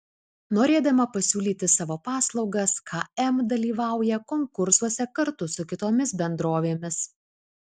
norėdama pasiūlyti savo paslaugas km dalyvauja konkursuose kartu su kitomis bendrovėmis